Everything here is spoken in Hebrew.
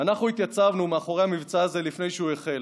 "אנחנו התייצבנו מאחורי המבצע הזה לפני שהוא החל,